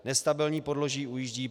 Nestabilní podloží ujíždí.